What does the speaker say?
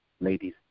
ladies